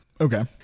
Okay